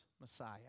Messiah